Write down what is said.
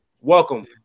Welcome